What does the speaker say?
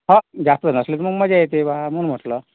हो जास्त जण असले की मग मजा येते बा म्हणून म्हटलं